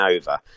over